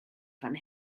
fan